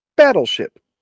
Battleship